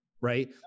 right